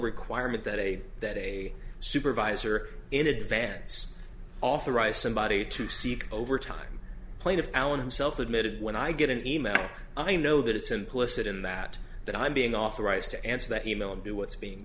requirement that a that a supervisor in advance authorize somebody to seek overtime plaintiff alan himself admitted when i get an e mail i know that it's implicit in that that i'm being off the right to answer that e mail and do what's being